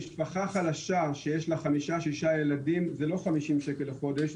משפחה חלשה שיש לה חמישה-שישה ילדים זה לא 50 שקל בחודש,